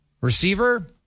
Receiver